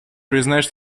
признать